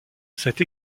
cette